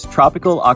Tropical